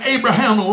Abraham